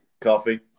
Coffee